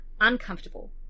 uncomfortable